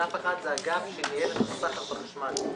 אגף אחד הוא אגף שניהל את הסחר בחשמל.